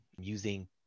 using